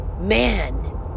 man